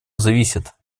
зависит